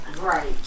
Right